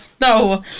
no